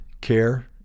care